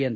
N